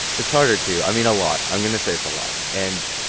it's harder to i mean, a lot. i'm going to say it's a lot and,